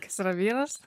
kas yra vyras